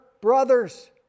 brothers